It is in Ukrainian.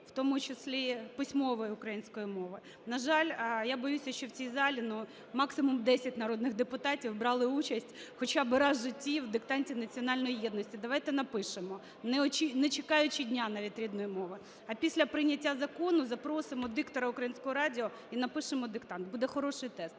в тому числі письмової української мови. На жаль, я боюся, що в цій залі, ну, максимум 10 народних депутатів брали участь хоча раз в житті в диктанті національної єдності. Давайте напишемо, не чекаючи Дня навіть рідної мови. А після прийняття закону запросимо диктора "Українського радіо" і напишемо диктант. Буде хороший тест.